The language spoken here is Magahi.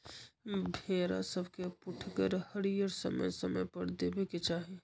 भेड़ा सभके पुठगर हरियरी समय समय पर देबेके चाहि